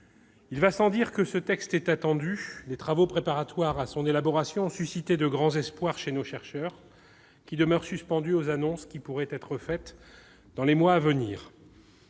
Il va sans dire que ce texte est attendu : les travaux préparatoires à son élaboration ont suscité de grands espoirs chez nos chercheurs, qui demeurent suspendus aux annonces qui pourraient être faites dans les mois à venir.